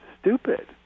stupid